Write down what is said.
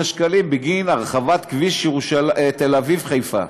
שקלים בגין הרחבת כביש תל-אביב חיפה.